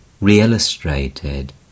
re-illustrated